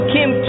Kim